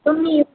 तुम्ही